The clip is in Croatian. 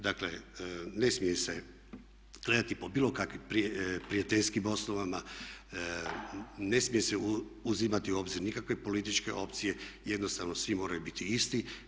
Dakle, ne smije se gledati po bilo kakvim prijateljskim osnovama, ne smije se uzimati u obzir nikakve političke opcije, jednostavno svi moraju biti isti.